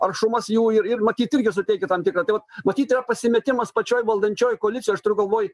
aršumas jų ir ir matyt irgi suteikia tam tikrą tai vat matyt yra pasimetimas pačioj valdančiojoj koalicijoj aš turiu galvoj